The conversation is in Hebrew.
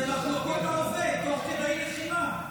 אלה מחלוקות ההווה, תוך כדי לחימה.